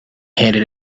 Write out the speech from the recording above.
handed